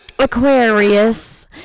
Aquarius